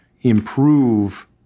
improve